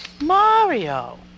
Mario